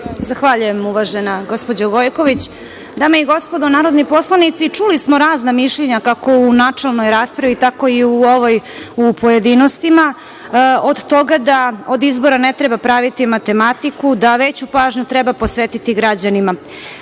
Zahvaljujem, uvaženo gospođo Gojković. Dame i gospodo narodni poslanici, čuli smo razna mišljenja kako u načelnoj raspravi, tako i u ovoj u pojedinostima, od toga da od izbora ne treba praviti matematiku, da veću pažnju treba posvetiti građanima. Pre